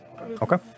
Okay